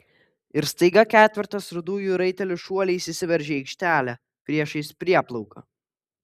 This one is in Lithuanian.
ir staiga ketvertas rudųjų raitelių šuoliais įsiveržė į aikštelę priešais prieplauką